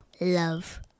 love